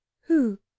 Who